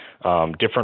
Different